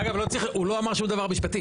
אגב, לא צריך, הוא לא אמר שום דבר משפטי.